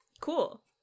Cool